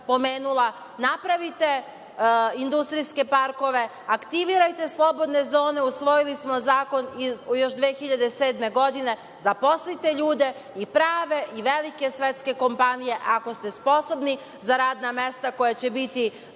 pomenula. Napravite industrijske parkove, aktivirajte slobodne zone. Usvojili smo zakon još 2007. godine. Zaposlite ljude i prave i velike svetske kompanije, ako ste sposobni, za radna mesta koja će biti